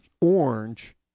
orange